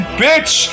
bitch